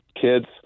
kids